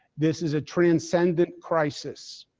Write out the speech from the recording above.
this is a transcendent crisis,